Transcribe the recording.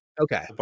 okay